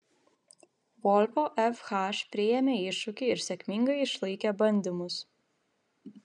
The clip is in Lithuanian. volvo fh priėmė iššūkį ir sėkmingai išlaikė bandymus